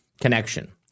connection